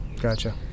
Gotcha